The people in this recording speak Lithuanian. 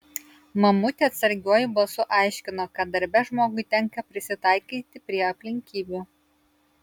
mamutė atsargiuoju balsu aiškino kad darbe žmogui tenka prisitaikyti prie aplinkybių